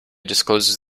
discloses